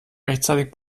rechtzeitig